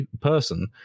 person